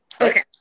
Okay